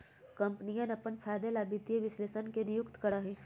कम्पनियन अपन फायदे ला वित्तीय विश्लेषकवन के नियुक्ति करा हई